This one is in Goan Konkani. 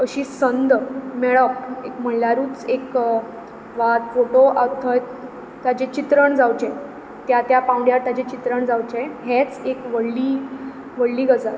अशी संद मेळप एक म्हणल्यारूच एक वा फोटो थंय ताचें चित्रण जावचें त्या त्या पांवड्यार ताचें चित्रण जावचें हेंच एक व्हडली व्हडली गजाल